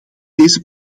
deze